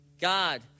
God